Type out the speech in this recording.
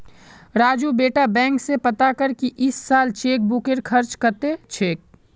राजू बेटा बैंक स पता कर की इस साल चेकबुकेर खर्च कत्ते छेक